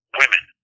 women